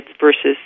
versus